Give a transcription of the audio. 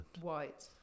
White